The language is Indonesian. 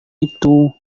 itu